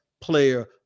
player